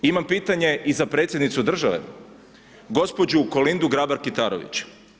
Imam pitanje i za predsjednicu države gospođu Kolindu Grabar Kitarović.